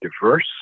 diverse